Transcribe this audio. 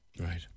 Right